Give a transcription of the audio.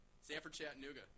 Sanford-Chattanooga